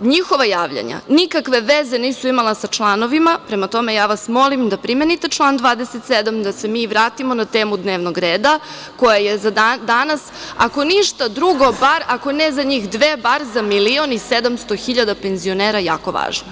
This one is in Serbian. njihova javljanja nikakve veze nisu imala sa članovima, prema tome ja vas molim da primenite član 27. da se mi vratimo na temu dnevnog reda koja je za danas, ako ništa drugo, bar ako ne za njih dve, bar za milion i 700 hiljada penzionera jako važna.